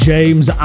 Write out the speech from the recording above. James